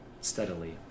steadily